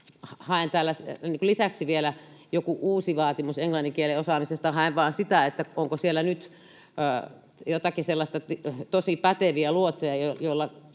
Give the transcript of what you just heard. lisäksi vielä nyt joku uusi vaatimus englannin kielen osaamisesta? Haen vain sitä, että onko siellä nyt joitakin sellaisia tosi päteviä luotseja, jotka